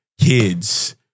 kids